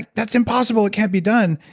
that's impossible. it can't be done,